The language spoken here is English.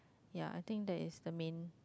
ya I think that is the main